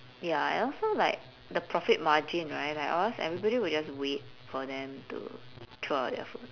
ya and also like the profit margin right like or else everybody will just wait for them to throw out their food